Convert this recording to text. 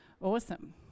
awesome